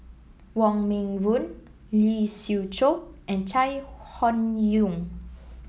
Wong Meng Voon Lee Siew Choh and Chai Hon Yoong